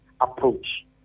approach